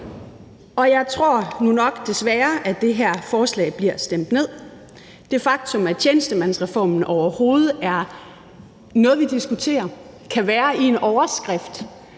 Jeg tror nu nok desværre, at det her forslag bliver stemt ned. Det faktum, at tjenestemandsreformen overhovedet er noget, vi diskuterer, kan være i en overskrift,